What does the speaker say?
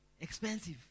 expensive